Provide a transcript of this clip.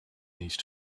these